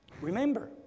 Remember